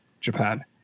Japan